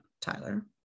Tyler